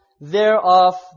thereof